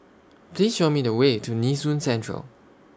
Please Show Me The Way to Nee Soon Central